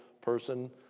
person